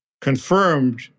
confirmed